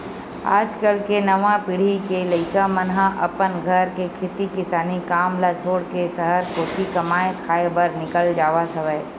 आज कल के नवा पीढ़ी के लइका मन ह अपन घर के खेती किसानी काम ल छोड़ के सहर कोती कमाए खाए बर निकल जावत हवय